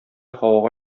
һавага